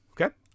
Okay